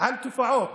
על תופעות.